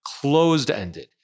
Closed-ended